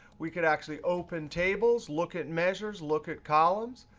we could actually open tables, look at measures, look at columns.